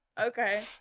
okay